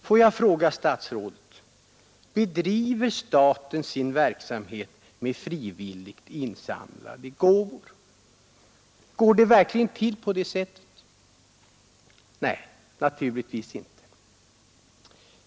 Får jag fråga statsrådet: Bedriver staten sin verksamhet med frivilligt insamlade gåvor? Går det verkligen till på det sättet? Nej, naturligtvis inte.